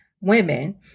women